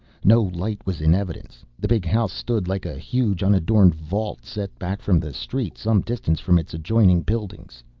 no light was in evidence. the big house stood like a huge, unadorned vault set back from the street, some distance from its adjoining buildings.